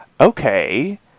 Okay